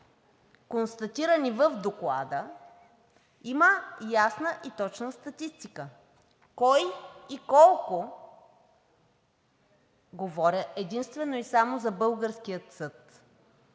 констатирани в Доклада, има ясна и точна статистика кой и колко, говоря единствено и само за българския съд,